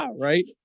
right